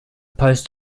post